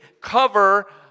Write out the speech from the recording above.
cover